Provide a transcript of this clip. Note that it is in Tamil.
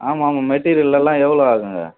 ஆமாம் ஆமாம் மெட்டீரியலெல்லாம் எவ்வளோ ஆகுங்க